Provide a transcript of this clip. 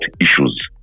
issues